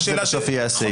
זה שבסוף יהיה הסעיף.